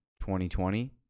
2020